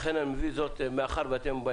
לכן מאחר שיש